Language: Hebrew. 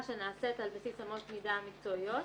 שנעשית על בסיס אמות מידה מקצועיות,